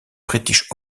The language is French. british